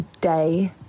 day